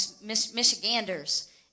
Michiganders